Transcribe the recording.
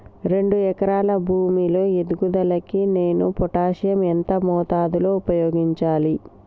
రెండు ఎకరాల భూమి లో ఎదుగుదలకి నేను పొటాషియం ఎంత మోతాదు లో ఉపయోగించాలి?